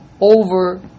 over